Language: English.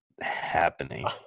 happening